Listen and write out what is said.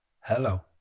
Hello